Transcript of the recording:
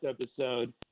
episode